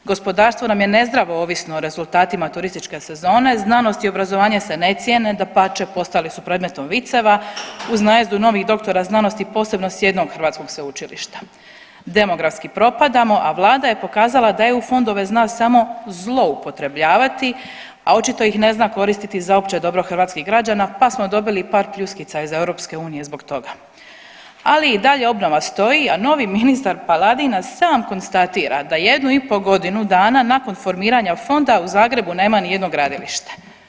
Gospodarstvo nam je nezdravo ovisno o rezultatima turističke sezone, znanost i obrazovanje se ne cijene, dapače postali su predmetom viceva uz najezdu novih doktora znanosti posebno s jednog hrvatskog sveučilišta, demografski propadamo, a vlada je pokazala da EU fondove zna samo zloupotrebljavati, a očito ih ne zna koristiti za opće dobro hrvatskih građana, pa smo dobili par pljuskica iz EU zbog toga, ali i dalje obnova stoji, a novi ministar Paladina sam konstatira da jednu i po godinu dana nakon formiranja fonda u Zagrebu nema ni jednog gradilišta.